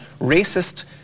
racist